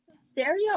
Stereo